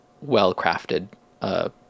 well-crafted